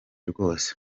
rwose